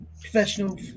professional